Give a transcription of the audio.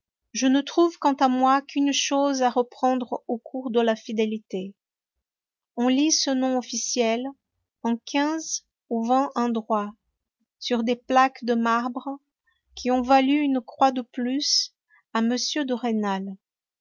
je ne trouve quant à moi qu'une chose à reprendre au cours de la fidélité on lit ce nom officiel en quinze ou vingt endroits sur des plaques de marbre qui ont valu une croix de plus à